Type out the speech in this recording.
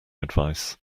advice